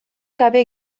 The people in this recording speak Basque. gabe